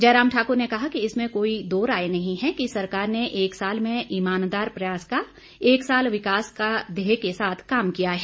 जयराम ठाकुर ने कहा कि इसमें कोई दो राय नहीं है कि सरकार ने एक साल में ईमादार प्रयास का एक साल विकास के ध्येय के साथ काम किया है